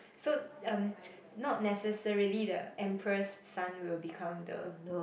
so um not necessarily the empress son will become the